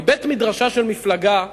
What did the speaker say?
מבית-מדרשה של מפלגה,